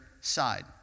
side